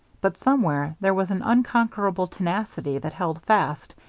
but somewhere there was an unconquerable tenacity that held fast,